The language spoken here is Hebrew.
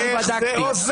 איך זה עוזר?